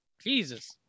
Jesus